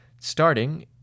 Starting